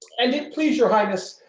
and it please your highness,